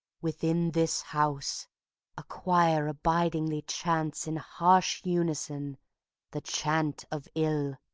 within this house a choir abidingly chants in harsh unison the chant of ill